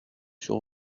sur